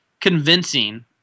convincing